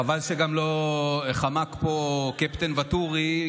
חבל שגם חמק פה קפטן ואטורי,